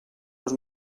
dos